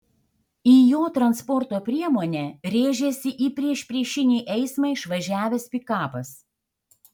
į jo transporto priemonę rėžėsi į priešpriešinį eismą išvažiavęs pikapas